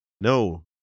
No